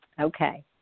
Okay